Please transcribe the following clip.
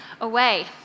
away